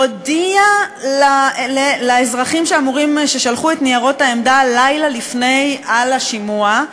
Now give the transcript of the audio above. הודיעה לאזרחים ששלחו את ניירות העמדה לילה לפני על השימוע.